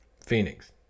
Phoenix